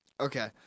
Okay